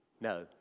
No